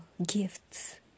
Gifts